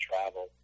travel